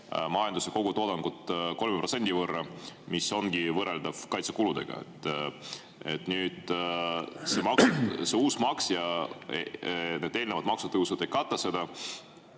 majanduse kogutoodangut 3% võrra, mis ongi võrreldav kaitsekuludega. See uus maks ja need eelnevad maksutõusud ei kata seda.